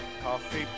Coffee